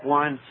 one